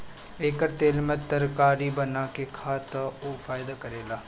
एकर तेल में तरकारी बना के खा त उहो फायदा करेला